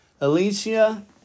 Alicia